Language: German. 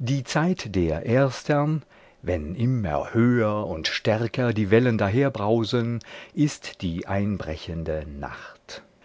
die zeit der erstern wenn immer höher und stärker die wellen daherbrausen ist die einbrechende nacht